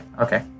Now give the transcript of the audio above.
Okay